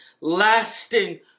lasting